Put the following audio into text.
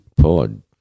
pod